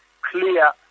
clear